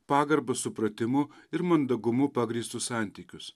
pagarba supratimu ir mandagumu pagrįstus santykius